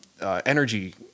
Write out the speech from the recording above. energy